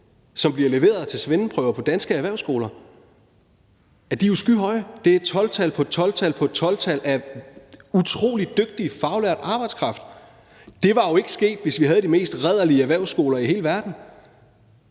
som bliver leveret til svendeprøver på danske erhvervsskoler. De er jo skyhøje. Det er 12-tal på 12-tal af utrolig dygtig faglært arbejdskraft. Det var jo ikke sket, hvis vi havde de mest rædderlige erhvervsskoler i hele verden.